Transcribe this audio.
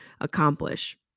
accomplish